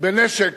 בנשק